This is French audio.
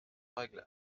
règle